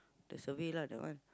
the survey lah that one